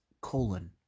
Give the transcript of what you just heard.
colon